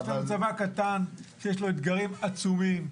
יש צבא קטן שיש לו אתגרים עצומים.